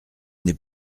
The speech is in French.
n’est